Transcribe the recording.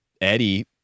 Eddie